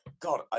God